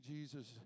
Jesus